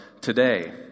today